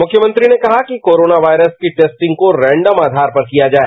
मुख्यमंत्री ने कहा कि कोरोना वायरस की टेस्टिंग को रैंडम आघार पर किया जाए